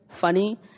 funny